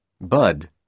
Bud